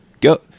Go